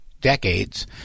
decades